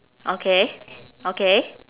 okay okay